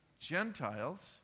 Gentiles